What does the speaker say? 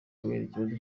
kubera